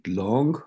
long